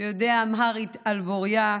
שיודע אמהרית על בורייה,